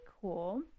cool